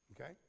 okay